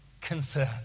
concern